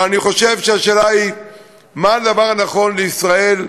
אבל אני חושב שהשאלה היא מה הדבר הנכון לישראל,